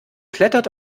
klettert